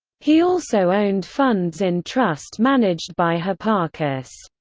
he also owned funds in trust managed by hipparchus.